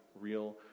real